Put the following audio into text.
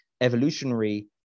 evolutionary